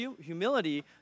humility